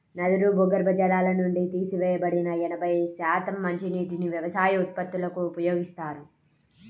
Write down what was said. నదులు, భూగర్భ జలాల నుండి తీసివేయబడిన ఎనభై శాతం మంచినీటిని వ్యవసాయ ఉత్పత్తులకు ఉపయోగిస్తారు